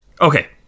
Okay